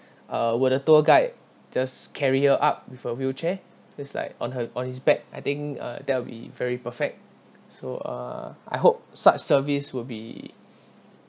uh will the tour guide just carry her up with a wheelchair just like on her on his back I think uh that will be very perfect so uh I hope such service will be